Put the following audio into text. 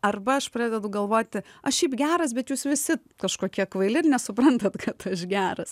arba aš pradedu galvoti aš šiaip geras bet jūs visi kažkokie kvaili ir nesuprantat kad aš geras